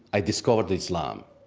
i discovered islam.